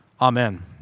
Amen